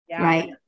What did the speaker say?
right